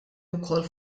wkoll